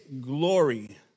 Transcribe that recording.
glory